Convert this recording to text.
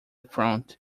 front